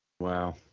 Wow